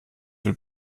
viel